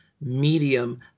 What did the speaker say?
medium